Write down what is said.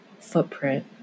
footprint